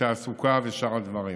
בתעסוקה ובשאר הדברים.